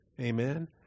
Amen